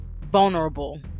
vulnerable